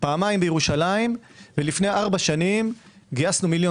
פעמיים בירושלים ולפני ארבע שנים גייסנו מיליון